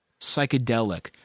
psychedelic